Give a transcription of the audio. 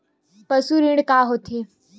पशु ऋण का होथे?